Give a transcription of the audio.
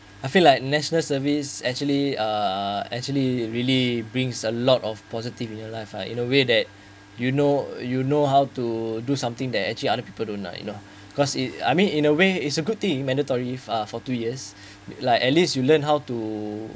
I feel like national service actually uh actually really brings a lot of positive in your life lah in a way that you know you know how to do something that actually other people don't like you know cause it I mean in a way it's a good thing you mandatory uh for two years like at least you learn how to